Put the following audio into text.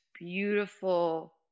beautiful